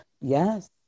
Yes